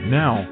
now